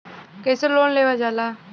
कैसे लोन लेवल जाला?